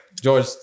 George